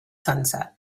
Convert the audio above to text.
sunset